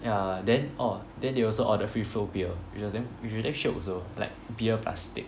ya then orh then they also order free flow period beer which was damn which was damn shiok also like beer plus steak